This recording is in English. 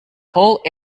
whole